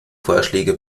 vorschläge